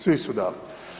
Svi su dali.